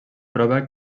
prova